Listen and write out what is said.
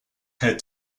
head